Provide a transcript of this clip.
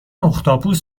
اختاپوس